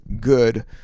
good